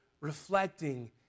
Reflecting